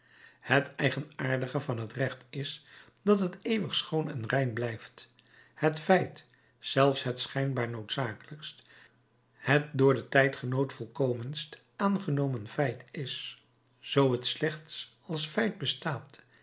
het eigenaardige van het recht is dat het eeuwig schoon en rein blijft het feit zelfs het schijnbaar noodzakelijkst het door den tijdgenoot volkomenst aangenomen feit is zoo het slechts als feit bestaat